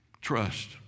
trust